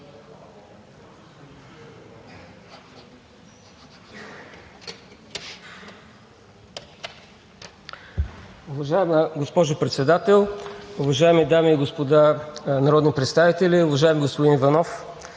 Уважаема госпожо Председател, уважаеми дами и господа народни представители! Уважаеми господин Иванов,